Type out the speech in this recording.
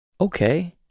Okay